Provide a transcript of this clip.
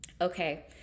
okay